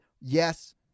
yes